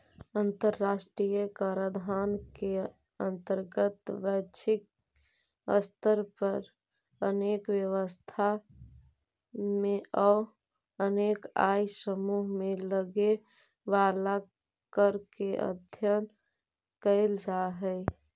अंतर्राष्ट्रीय कराधान के अंतर्गत वैश्विक स्तर पर अनेक व्यवस्था में अउ अनेक आय समूह में लगे वाला कर के अध्ययन कैल जा हई